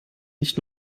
nicht